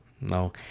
No